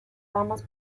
ramas